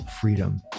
freedom